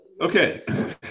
Okay